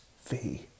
fee